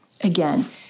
Again